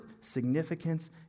significance